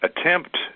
attempt